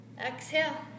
exhale